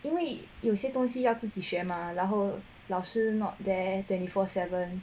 因为有些东西要自己学嘛然后老师 not there twenty four seven